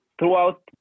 throughout